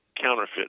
counterfeit